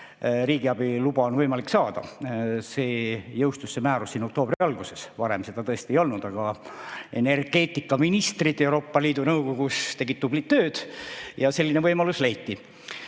riigiabiluba on võimalik saada. See määrus jõustus oktoobri alguses, varem seda tõesti ei olnud, aga energeetikaministrid Euroopa Liidu Nõukogus tegid tublit tööd ja selline võimalus leiti. Noh,